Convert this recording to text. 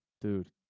dude